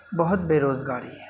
بہت بے روزگاری ہے